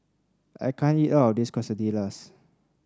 I can't eat all of this Quesadillas